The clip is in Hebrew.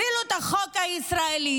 אפילו על החוק הישראלי,